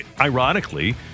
Ironically